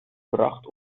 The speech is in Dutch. bracht